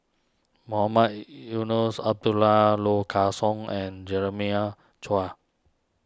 Mohamed Eunos Abdullah Low car Song and Jeremiah Choy